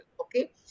Okay